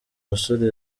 musore